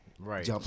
Right